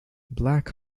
black